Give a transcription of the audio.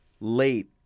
late